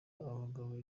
abagabo